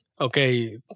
Okay